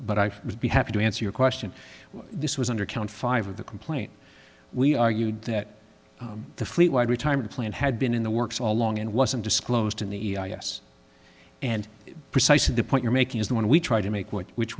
but i would be happy to answer your question this was under count five of the complaint we argued that the fleet wide retirement plan had been in the works all along and wasn't disclosed in the us and precisely the point you're making is the one we try to make one which